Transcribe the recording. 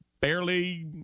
Barely